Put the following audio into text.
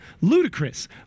Ludicrous